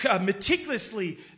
meticulously